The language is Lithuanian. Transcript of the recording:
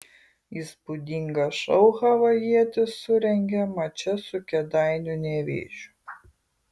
įspūdingą šou havajietis surengė mače su kėdainių nevėžiu